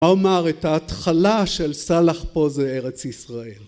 את ההתחלה של סלאח פה זה ארץ ישראל